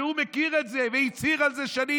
שהוא מכיר את זה והצהיר על זה שנים,